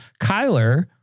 Kyler